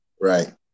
Right